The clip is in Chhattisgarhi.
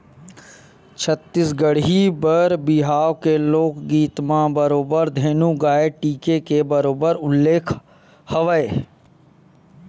छत्तीसगढ़ी बर बिहाव के लोकगीत म बरोबर धेनु गाय टीके के बरोबर उल्लेख हवय